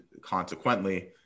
consequently